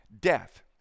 death